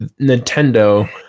Nintendo